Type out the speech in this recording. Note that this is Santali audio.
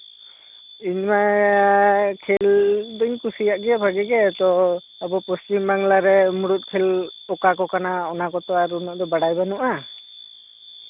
ᱤᱧᱢᱟ ᱠᱷᱮᱞ ᱫᱩᱧ ᱠᱩᱥᱤᱭᱟᱜ ᱜᱮ ᱵᱷᱟᱜᱤᱜᱮ ᱛ ᱟᱵᱚ ᱯᱚᱥᱪᱷᱤᱢ ᱵᱟᱝᱞᱟᱨᱮ ᱢᱩᱬᱩᱫ ᱠᱷᱮᱞ ᱚᱠᱟ ᱠᱚ ᱠᱟᱱᱟ ᱚᱱᱟ ᱠᱚᱫᱚ ᱩᱱᱟᱹᱜ ᱫᱳ ᱵᱟᱲᱟᱭ ᱵᱟᱹᱱᱩᱜᱼᱟ